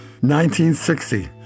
1960